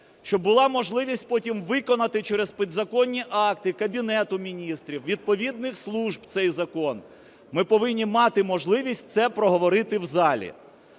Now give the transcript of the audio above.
щоб була можливість потім виконати через підзаконні акти Кабінету Міністрів, відповідних служб цей закон, ми повинні мати можливість це проговорити в залі.